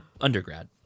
undergrad